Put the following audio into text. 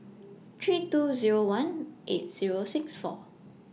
three two Zero one eight Zero six four